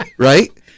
Right